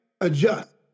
adjust